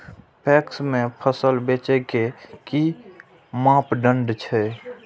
PACS में फसल बेचे के कि मापदंड छै?